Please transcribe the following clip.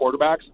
quarterbacks